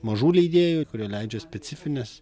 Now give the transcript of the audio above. mažų leidėjų kurie leidžia specifines